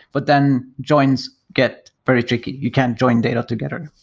but then joins get very tricky. you can't join data together.